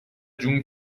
جون